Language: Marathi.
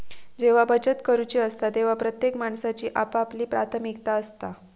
जेव्हा बचत करूची असता तेव्हा प्रत्येक माणसाची आपापली प्राथमिकता असता